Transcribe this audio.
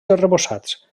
arrebossats